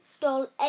doll